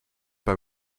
bij